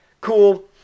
cool